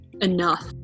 enough